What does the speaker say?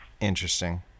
Interesting